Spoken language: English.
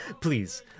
Please